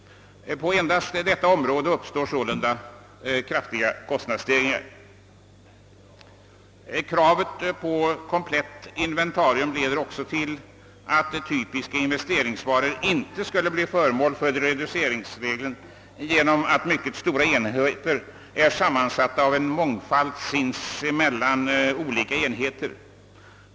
På enbart detta område uppstår sålunda kraftiga kostnadsstegringar. Kravet på komplett inventarium leder även till att typiska investeringsvaror inte skulle bli föremål för reduceringsregelns tillämpning genom att mycket stora enheter är sammansatta av en mångfald sinsemellan olika enheter.